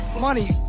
Money